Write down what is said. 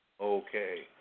Okay